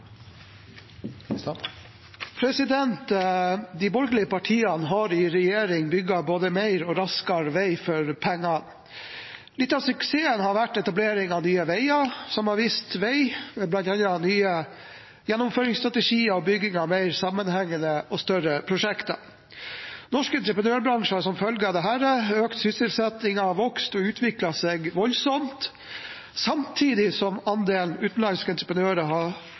i regjering bygd både mer og raskere vei for pengene. Litt av suksessen har vært etablering av Nye Veier, som har vist vei, bl.a. ved nye gjennomføringsstrategier og bygging av mer sammenhengende og større prosjekter. Norske entreprenørbransje har som følge av dette økt sysselsettingen, vokst og utviklet seg voldsomt, samtidig som andelen utenlandske entreprenører har